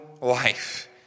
life